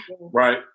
Right